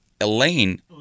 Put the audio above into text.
Elaine